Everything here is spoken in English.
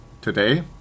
today